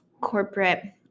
corporate